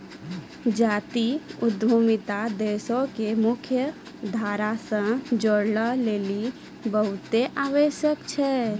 जातीय उद्यमिता देशो के मुख्य धारा से जोड़ै लेली बहुते आवश्यक छै